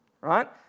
right